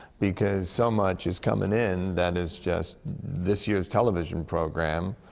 because so much is coming in, that is just this year's television program.